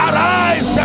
Arise